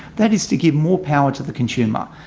that is to give more power to the consumer.